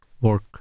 work